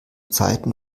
zeiten